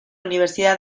universidad